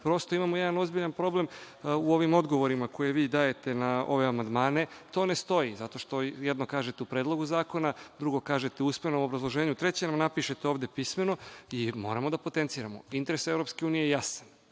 Prosto, imamo jedan ozbiljan problem u ovim odgovorima koje vi dajete na ove amandmane. To ne stoji, zato što vi jedno kažete u predlogu zakona, drugo kažete u usmenom obrazloženju a treće napišete ovde pismeno. Moramo da potenciramo, interes Evropske unije je jasan,